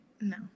no